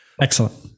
Excellent